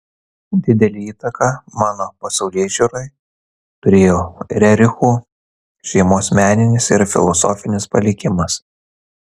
didelę įtaką mano pasaulėžiūrai turėjo rerichų šeimos meninis ir filosofinis palikimas